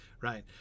Right